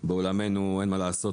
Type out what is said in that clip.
בעולמנו אין מה לעשות,